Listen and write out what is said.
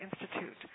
Institute